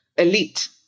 elite